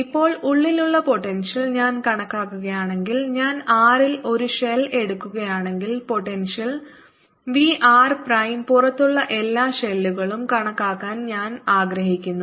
ഇപ്പോൾ ഉള്ളിലുള്ള പോട്ടെൻഷ്യൽ ഞാൻ കണക്കാക്കുകയാണെങ്കിൽ ഞാൻ r ൽ ഒരു ഷെൽ എടുക്കുകയാണെങ്കിൽ പോട്ടെൻഷ്യൽ V r പ്രൈം പുറത്തുള്ള എല്ലാ ഷെല്ലുകളും കണക്കാക്കാൻ ഞാൻ ആഗ്രഹിക്കുന്നു